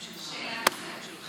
שאלה נוספת ביקשתי.